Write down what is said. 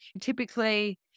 typically